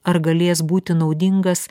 ar galės būti naudingas